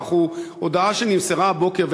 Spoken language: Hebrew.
הדבר שקשור בכך הוא הודעה שנמסרה הבוקר,